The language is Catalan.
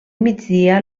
migdia